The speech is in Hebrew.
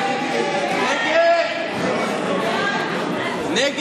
הסתייגות 2 לא נתקבלה.